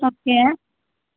அப்படியா